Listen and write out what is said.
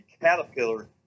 Caterpillar